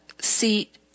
seat